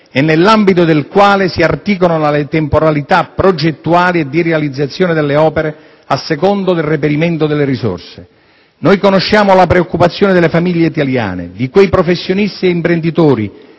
e nell'ambito del quale si articolano le temporalità progettuali e di realizzazione delle opere a seconda del reperimento delle risorse. Noi conosciamo la preoccupazione delle famiglie italiane, di quei professionisti e imprenditori